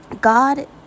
God